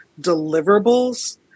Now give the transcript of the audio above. deliverables